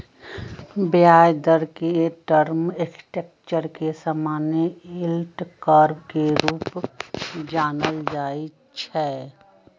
ब्याज दर के टर्म स्ट्रक्चर के समान्य यील्ड कर्व के रूपे जानल जाइ छै